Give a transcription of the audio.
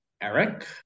Eric